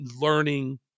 learning